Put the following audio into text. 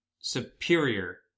superior